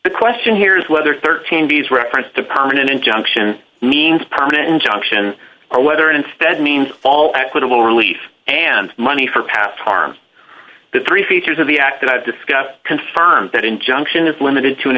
the question here is whether thirteen b s reference to permanent injunction means permanent injunction or whether instead means all equitable relief and money for past harm the three features of the act that i've discussed confirms that injunction is limited to an